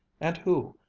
and who,